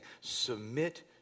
Submit